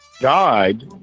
died